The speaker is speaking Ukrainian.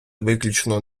виключно